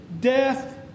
death